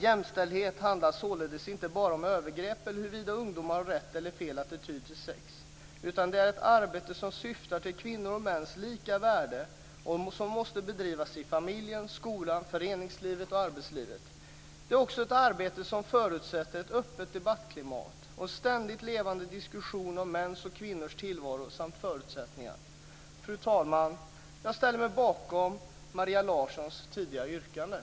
Jämställdhet handlar således inte bara om övergrepp eller huruvida ungdomar har rätt eller fel attityd till sex, utan det är ett arbete som syftar till kvinnors och mäns lika värde och som måste bedrivas i familjen, skolan, föreningslivet och arbetslivet. Det är också ett arbete som förutsätter ett öppet debattklimat och en ständigt levande diskussion om mäns och kvinnors tillvaro samt förutsättningar. Fru talman! Jag ställer mig bakom Maria Larssons tidigare yrkanden.